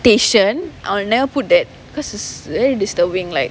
invitation I'll never put that because it's very disturbing like